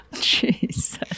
Jesus